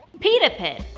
pita pit.